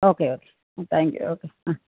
okay okay thank you okay ആ